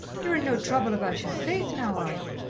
you're in no trouble about your faith, now are ye?